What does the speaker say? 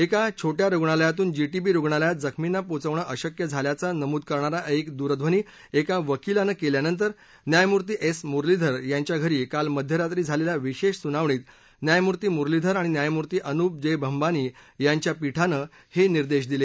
एका छोट्या रुग्णालयातून जीटीबी रुग्णालयात जखमींना पोचवणं अशक्य झाल्याचं नमूद करणारा एक दूरध्वनी एका वकीलानं केल्यानंतर न्यायमूर्ती एस मुरलीधर यांच्या घरी काल मध्यरात्री झालेल्या विशेष सुनावणीत न्यायमूर्ती मुरलीधर अणि न्यायमूर्ती अनूप जे भंभानी यांच्या पीठानं हे निर्देश दिले